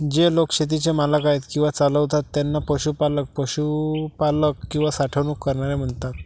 जे लोक शेतीचे मालक आहेत किंवा चालवतात त्यांना पशुपालक, पशुपालक किंवा साठवणूक करणारे म्हणतात